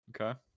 Okay